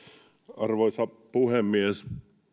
arvoisa puhemies